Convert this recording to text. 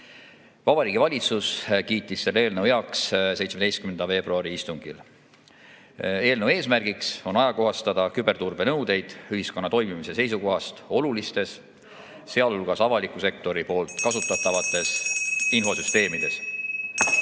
531.Vabariigi Valitsus kiitis selle eelnõu heaks 17. veebruari istungil. Eelnõu eesmärk on ajakohastada küberturbenõudeid ühiskonna toimimise seisukohast olulistes, sealhulgas avaliku sektori kasutatavates infosüsteemides.